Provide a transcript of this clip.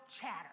chatter